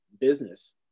business